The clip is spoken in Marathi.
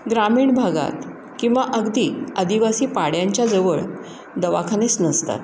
ग्रामीण भागात किंवा अगदी आदिवासी पाड्यांच्याजवळ दवाखानेच नसतात